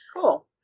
Cool